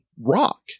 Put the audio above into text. rock